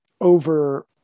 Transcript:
over